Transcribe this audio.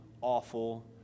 awful